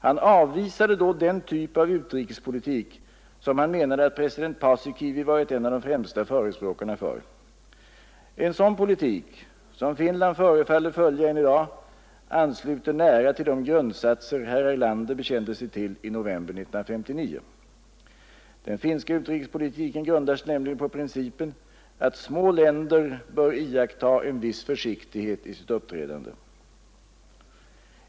Han avvisade då den typ av utrikespolitik som han menade att president Paasikivi varit en av de främsta förespråkarna för. En sådan politik, som Finland förefaller följa än i dag, ansluter nära till de grundsatser herr Erlander bekände sig till i november 1959. Den finska utrikespolitiken grundar sig nämligen på principen att små länder bör iaktta en viss försiktighet i sitt uppträdande.